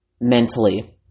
mentally